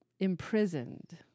imprisoned